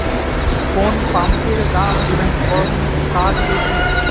কোন পাম্পের দাম কম কাজ বেশি?